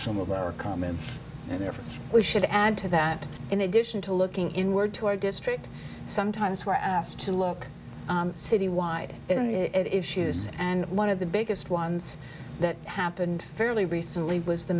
some of our comments and efforts we should add to that in addition to looking inward to our district sometimes we're asked to look citywide in the issues and one of the biggest ones that happened fairly recently was the